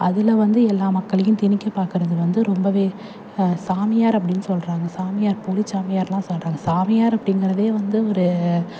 அதில் வந்து எல்லா மக்களையும் திணிக்கப் பார்க்கறது வந்து ரொம்பவே சாமியார் அப்படின்னு சொல்கிறாங்க சாமியார் போலிச் சாமியார்லாம் சொல்கிறாங்க சாமியார் அப்டிங்கிறதே வந்து ஒரு